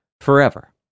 forever